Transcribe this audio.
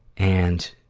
and,